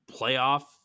playoff